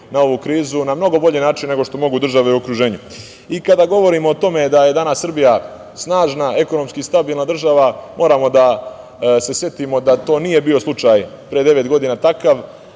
na ovu krizu na mnogo bolji način nego što mogu države u okruženju. Kada govorimo o tome da je Srbija snažna, ekonomski stabilna država, moramo da se setimo da to nije bio slučaj pre devet godina takav.